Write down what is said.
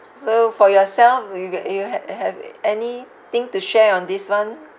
so for yourself will you g~ uh ha~ have anything to share on this [one]